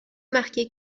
marquée